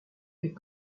est